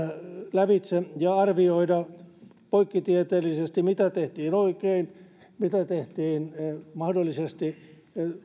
lävitse ja arvioidaan poikkitieteellisesti mitä tehtiin oikein mitä mahdollisesti